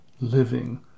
living